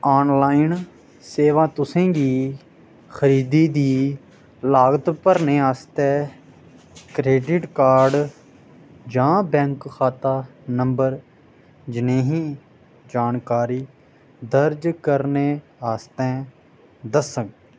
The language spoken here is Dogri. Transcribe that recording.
आनलाइन सेवा तुसें गी खरीदी दी लागत भरने आस्तै क्रेडिट कार्ड जां बैंक खाता नंबर जनेही जानकारी दर्ज करने आस्तै दस्सग